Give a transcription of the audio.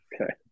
Okay